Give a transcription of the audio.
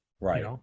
right